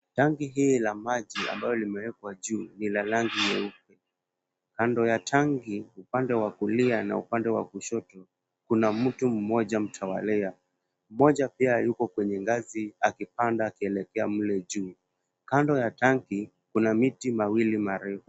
Tanki hili la maji ambalo limewekwa juu ni la rangi nyeupe. Kando ya tanki upande wa kulia na upande wa kushoto, kuna mtu mmoja mtawalia. Mmoja pia yuko kwenye ngazi akipanda akielekea mle juu. Kando ya tanki kuna miti mawili marefu.